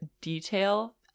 detail